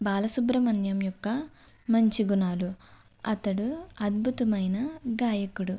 బాలసుబ్రమణ్యం యొక్క మంచి గుణాలు అతడు అద్భుతమైన గాయకుడు